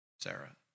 Sarah